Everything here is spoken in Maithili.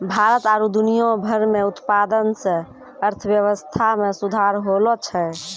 भारत आरु दुनिया भर मे उत्पादन से अर्थव्यबस्था मे सुधार होलो छै